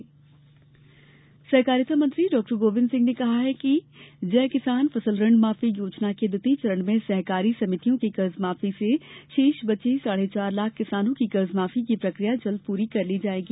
ऋणमाफी योजना सहकारिता मंत्री डॉ गोविंद सिंह ने कहा है कि जय किसान फसल ऋण माफी योजना के द्वितीय चरण में सहकारी समितियों के कर्ज माफी से शेष बचे साढ़े चार लाख किसानों की कर्ज माफी की प्रक्रिया जल्द पूरी कर ली जाएगी